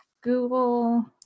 Google